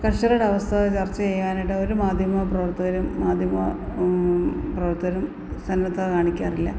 കർഷകരുടെ അവസ്ഥ ചർച്ച ചെയ്യാനായിട്ട് ഒര് മാധ്യമപ്രവർത്തകരും മാധ്യമ പ്രവർത്തകരും സന്നദ്ധത കാണിക്കാറില്ല